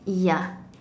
ya